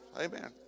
Amen